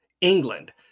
England